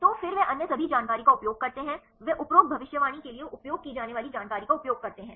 तो फिर वे अन्य सभी जानकारी का उपयोग करते हैं वे उपरोक्त भविष्यवाणी के लिए उपयोग की जाने वाली जानकारी का उपयोग करते हैं